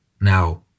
Now